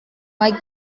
hay